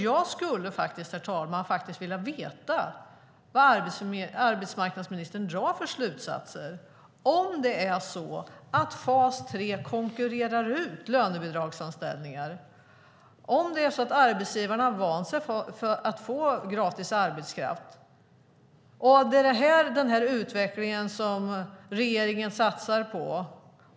Jag skulle faktiskt, herr talman, vilja veta vad arbetsmarknadsministern drar för slutsatser, om det är så att fas 3 konkurrerar ut lönebidragsanställningar och om det är så att arbetsgivarna har vant sig vid att få gratis arbetskraft. Det är den här utvecklingen som regeringen satsar på.